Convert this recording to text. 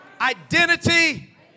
identity